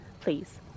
Please